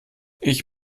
ich